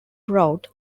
route